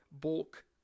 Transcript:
bulk